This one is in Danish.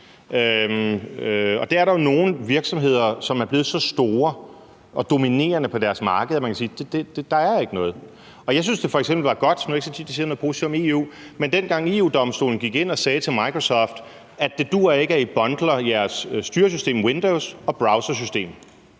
er jo nogle virksomheder, som er blevet så store og dominerende på deres marked, at man kan sige, at der ikke er noget. Nu er det ikke så tit, jeg siger noget positivt om EU, men jeg synes f.eks., det var godt, dengang EU-Domstolen gik ind og sagde til Microsoft, at det ikke duer, at de bundler deres styresystem Windows og browsersystem.